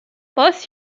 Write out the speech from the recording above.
both